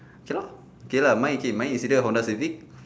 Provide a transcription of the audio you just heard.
okay lor okay lah mine is either Honda Civic